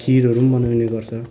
खिरहरू पनि बनाउने गर्छ